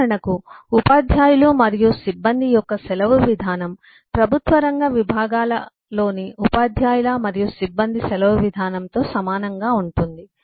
ఉదాహరణకు ఉపాధ్యాయులు మరియు సిబ్బంది యొక్క సెలవు విధానం ప్రభుత్వ రంగ విభాగాల లోని ఉపాధ్యాయుల మరియు సిబ్బంది సెలవు విధానంతో సమానంగా ఉంటుంది